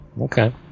Okay